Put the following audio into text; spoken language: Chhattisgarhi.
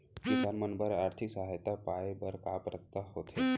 किसान मन बर आर्थिक सहायता पाय बर का पात्रता होथे?